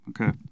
okay